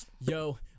yo